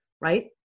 right